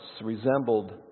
resembled